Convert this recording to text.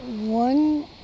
One